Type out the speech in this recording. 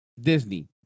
Disney